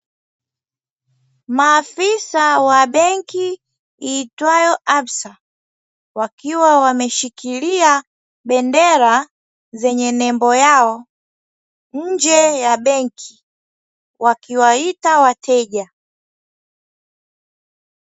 Maafisa wa benki iitwayo "Absa", wakiwa wameshikilia bendera zenye nembo yao, nje ya benki, wakiwaita wateja.